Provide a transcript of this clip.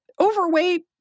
overweight